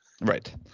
right